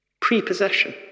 prepossession